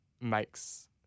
makes